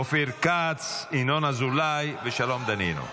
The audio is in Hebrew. אופיר כץ, ינון אזולאי ושלום דנינו.